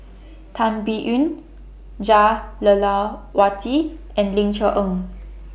Tan Biyun Jah Lelawati and Ling Cher Eng